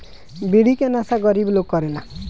बीड़ी के नशा गरीब लोग करेला